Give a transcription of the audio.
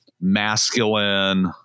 masculine